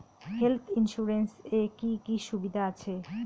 Health insurance এ কি কি সুবিধা আছে?